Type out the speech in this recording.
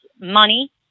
money